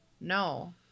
No